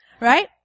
right